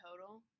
total